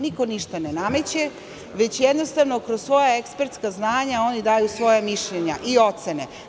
Niko ništa ne nameće, već jednostavno kroz svoja ekspertska znanja oni daju svoja mišljenja i ocene.